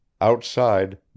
Outside